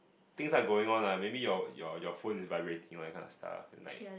things are going on lah maybe your your your phone is vibrating why kind of stuff and like